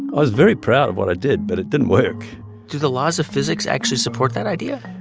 i was very proud of what i did, but it didn't work do the laws of physics actually support that idea?